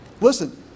Listen